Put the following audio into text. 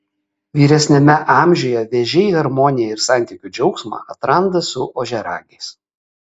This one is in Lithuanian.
vyresniame amžiuje vėžiai harmoniją ir santykių džiaugsmą atranda su ožiaragiais